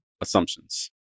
assumptions